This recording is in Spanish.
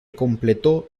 completó